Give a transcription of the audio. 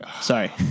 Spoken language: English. Sorry